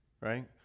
right